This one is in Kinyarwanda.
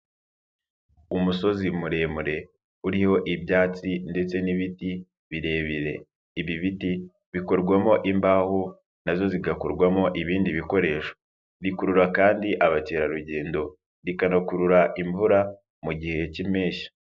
Umusozi muremure uriho ibyatsi ndetse n'ibiti birebire, ibi biti bikorwamo imbaho na zo zigakorwamo ibindi bikoresho, rikurura kandi abakerarugendo rikanakurura imvura mu gihe k'impeshyi.